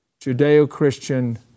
Judeo-Christian